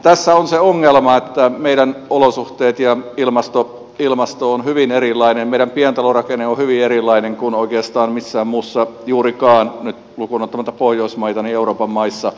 tässä on se ongelma että meidän olosuhteet ja ilmasto ovat hyvin erilaisia meidän pientalorakenne on nyt hyvin erilainen kuin oikeastaan juurikaan missään muussa euroopan maassa lukuun ottamatta pohjoismaita